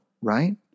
Right